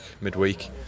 midweek